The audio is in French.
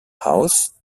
house